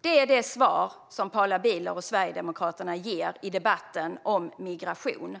Detta är det svar som Paula Bieler och Sverigedemokraterna ger i debatten om migration.